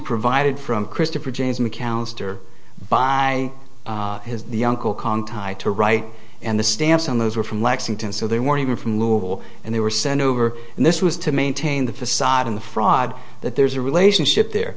provided from christopher james mcallister by his the uncle cong tie to write and the stamps on those were from lexington so they weren't even from louisville and they were sent over and this was to maintain the facade in the fraud that there's a relationship there